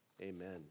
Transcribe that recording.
amen